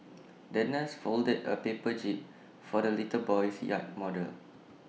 the nurse folded A paper jib for the little boy's yacht model